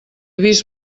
vist